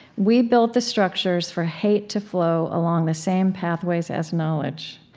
we built the structures for hate to flow along the same pathways as knowledge,